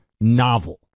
novel